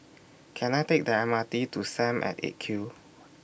Can I Take The M R T to SAM At eight Q